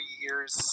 years